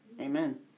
Amen